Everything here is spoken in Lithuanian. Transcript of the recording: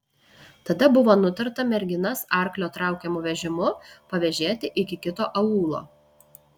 tada buvo nutarta merginas arklio traukiamu vežimu pavėžėti iki kito aūlo